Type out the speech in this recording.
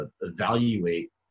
evaluate